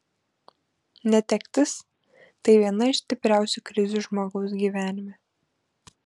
netektis tai viena iš stipriausių krizių žmogaus gyvenime